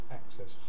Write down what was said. access